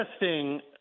interesting